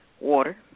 water